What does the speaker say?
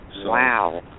Wow